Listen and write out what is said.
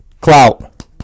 clout